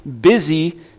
busy